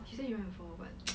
she said she went before but